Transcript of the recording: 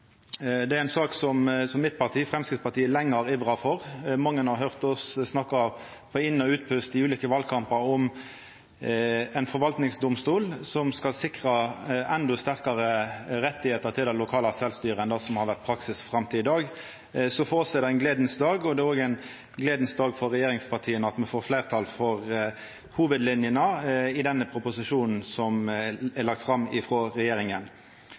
Det er ei sak som partiet mitt, Framstegspartiet, lenge har ivra for. Mange har høyrt oss snakka på inn- og utpust i ulike valkampar om ein forvaltningsdomstol som skal sikra endå sterkare rettar til det lokale sjølvstyret enn det som har vore praksis fram til i dag. Så for oss er det ein dag å gle seg over, og det er òg ein dag å gle seg over for regjeringspartia at vi får fleirtal for hovudlinjene i denne proposisjonen som er lagd fram av regjeringa.